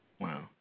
wow